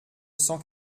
cent